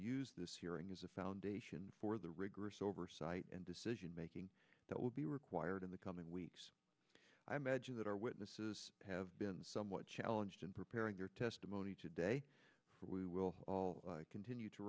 use this hearing as a foundation for the rigorous oversight and decisionmaking that will be required in the coming weeks i imagine that our witnesses have been somewhat challenged in preparing your testimony today we will all continue to